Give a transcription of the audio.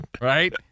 right